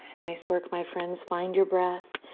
nice work, my friends. find your breath.